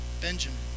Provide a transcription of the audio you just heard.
Benjamin